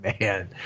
man